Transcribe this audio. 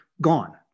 gone